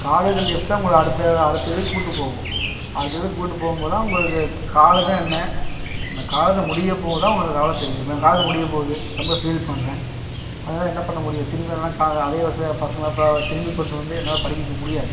college life தான் உங்களை அடுத்த அடுத்த இதுக்கு கூட்டு போகும் அடுத்த இதுக்கு கூட்டு போகும் போதுதான் உங்களுக்கு காலேஜ்ன்னா என்ன அந்த காலேஜை முடியப்போதுதான் உங்களுக்கு கவலை தெரியும் இப்போ எனக்கு காலேஜ் முடிய போது ரொம்ப ஃபீல் பண்ணுறேன் அதனால என்ன பண்ண முடியும் திரும்பி என்னால் க அதே வர்ஷ பசங்களை ப திரும்பி கூட்டுனு வந்து என்னால் படிக்க வைக்க முடியாது